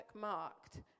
marked